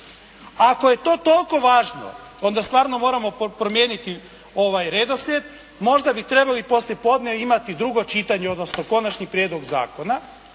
Ako je to toliko važno, onda stvarno moramo promijeniti ovaj redosljed, možda bi trebali poslije podne imati drugo čitanje, odnosno Konačni prijedlog zakona.